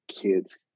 kids